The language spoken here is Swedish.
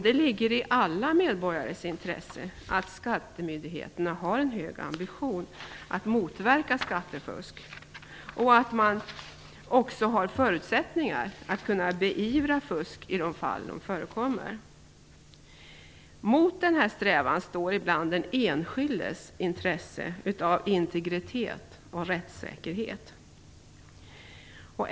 Det ligger i alla medborgares intresse att skattemyndigheterna har en hög ambition att motverka skattefusk och att man har förutsättningar att kunna beivra fusk i de fall det förekommer. Mot denna strävan står ibland den enskildes intresse av integritet och rättssäkerhet.